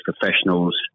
professionals